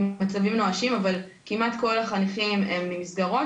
אבל כמעט כל החניכים הם ממסגרות.